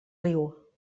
riu